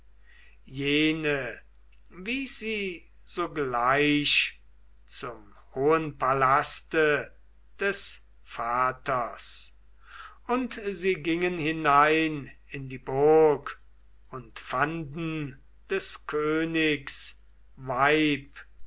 jene wies sie sogleich zum hohen palaste des vaters und sie gingen hinein in die burg und fanden des königs weib